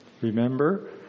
Remember